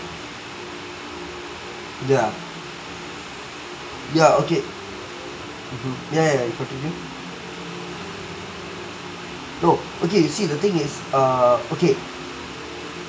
ya ya okay mmhmm ya ya ya no okay you see the thing is err okay